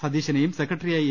സ്തീശനേയും സെക്രട്ടറിയായി എ